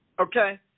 Okay